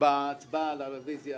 בהצבעה על הרביזיה